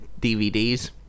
DVDs